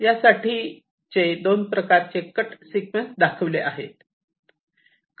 यासाठीचे चे दोन प्रकारचे कट सिक्वेन्स दाखविले आहे